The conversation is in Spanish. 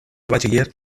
bachiller